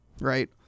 right